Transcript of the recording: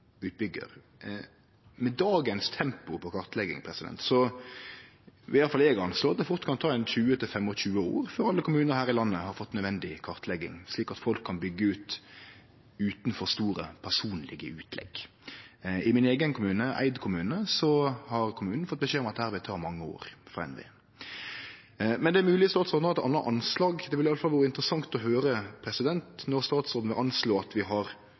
Med dagens tempo på kartlegging vil i alle fall eg anslå at det fort kan ta ein 20–25 år før alle kommunar her i landet har fått nødvendig kartlegging, slik at folk kan byggje ut utan for store personlege utlegg. I min eigen kommune, Eid kommune, har kommunen fått beskjed frå NVE om at det vil ta mange år. Men det er mogleg statsråden har eit anna anslag. Det ville i alle fall vore interessant å høyre når statsråden vil anslå at vi har